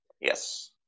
Yes